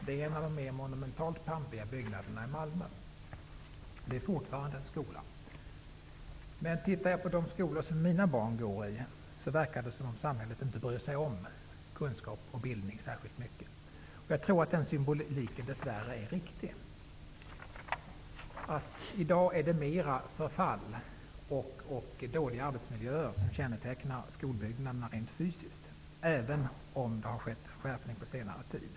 Den är en av de mer monumentalt pampiga byggnaderna i Malmö. Den är fortfarande en skola. Men att döma av hur de skolor som mina barn går i ser ut, verkar det som om samhället inte bryr sig om kunskap och bildning särskilt mycket. Jag tror dess värre att den symboliken är riktig. I dag är det snarare förfall och dåliga arbetsmiljöer som kännetecknar skolbyggnaderna rent fysiskt, även om det har skett en förbättring på senare tid.